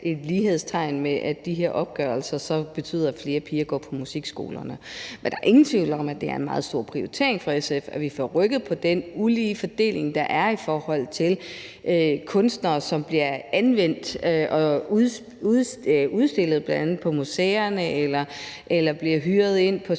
et lighedstegn mellem de her opgørelser, og så at det skulle betyde, at flere piger går på musikskolerne. Men der er ingen tvivl om, at det er en meget stor prioritering for SF, at vi får rykket på den ulige fordeling, der er i forhold til kunstnere, som bliver anvendt og udstillet på bl.a. museerne eller bliver hyret ind